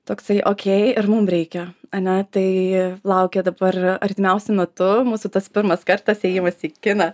toksai okei ir mum reikia ane tai laukia dabar artimiausiu metu mūsų tas pirmas kartas ėjimas į kiną